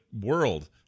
world